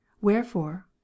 Wherefore